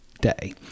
day